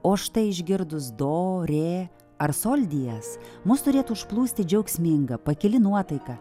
o štai išgirdus do rė ar sol diez mus turėtų užplūsti džiaugsminga pakili nuotaika